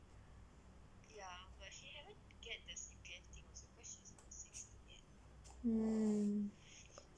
mm